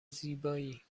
زیبایی